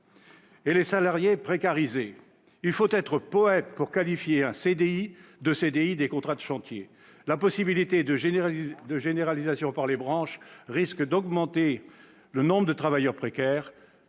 les salariés seront précarisés. Il faut être poète pour qualifier de CDI des contrats de chantier. La possibilité de généralisation de ces contrats par les branches risque d'augmenter le nombre de travailleurs précaires,